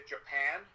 Japan